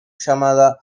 llamada